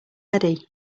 eddie